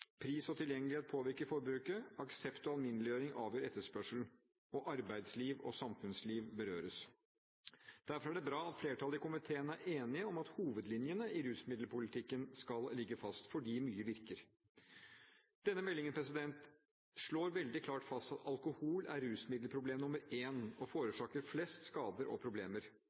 pris og tilgjengelighet påvirker forbruket aksept og alminneliggjøring avgjør etterspørselen arbeidsliv og samfunnsliv berøres Derfor er det bra at flertallet i komiteen er enige om at hovedlinjene i rusmiddelpolitikken skal ligge fast – fordi mye virker. Denne meldingen slår veldig klart fast at alkohol er rusmiddelproblem nr. én og forårsaker flest skader og problemer.